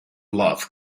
love